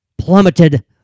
plummeted